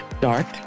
dark